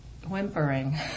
Whimpering